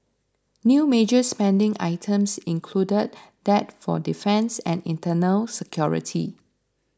new major spending items included that for defence and internal security